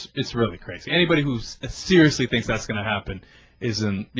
is really great anybody who's ah seriously think that's gonna happen isn't